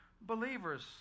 believers